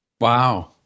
Wow